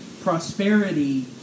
prosperity